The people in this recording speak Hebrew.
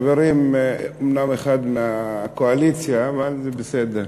וחברים, אומנם אחד מהקואליציה, אבל זה בסדר,